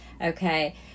okay